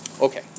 Okay